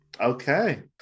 Okay